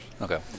Okay